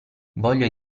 voglio